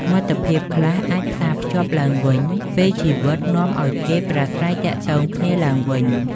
មិត្តភាពខ្លះអាចផ្សាភ្ជាប់ឡើងវិញ ពេលជីវិតនាំគេឱ្យប្រាស្រ័យទាក់ទងគ្នាឡើងវិញ។